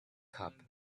cup